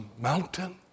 mountain